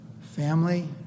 Family